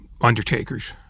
Undertaker's